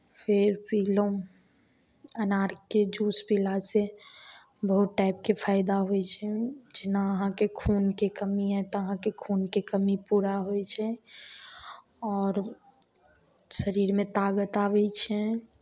फेर पीलहुँ अनारके जूस पीलासँ बहुत टाइपके फायदा होइ छै जेना अहाँके खूनके कमी हइ तऽ अहाँके खूनके कमी पूरा होइ छै आओर शरीरमे तागत आबै छै